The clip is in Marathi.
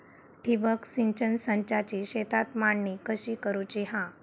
ठिबक सिंचन संचाची शेतात मांडणी कशी करुची हा?